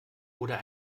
oder